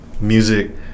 music